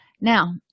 Now